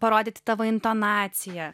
parodyti tavo intonaciją